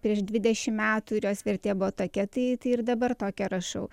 prieš dvidešim metų ir jos vertė buvo tokia tai tai ir dabar tokią rašau